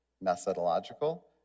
methodological